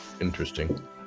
interesting